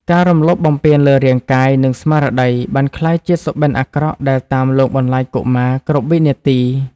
ការរំលោភបំពានលើរាងកាយ និងស្មារតីបានក្លាយជាសុបិនអាក្រក់ដែលតាមលងបន្លាចកុមារគ្រប់វិនាទី។